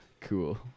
Cool